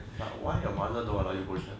but why your mother don't allow you go church